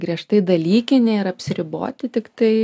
griežtai dalykinė ir apsiriboti tiktai